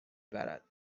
برد